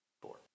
Four